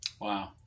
Wow